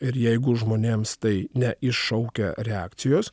ir jeigu žmonėms tai neiššaukia reakcijos